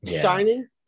shining